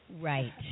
Right